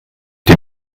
den